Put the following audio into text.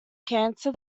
cancer